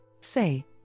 say